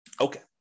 Okay